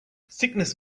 sickness